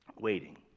waiting